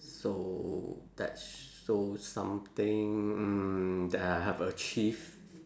so that shows something that I have achieved